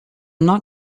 not